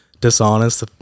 dishonest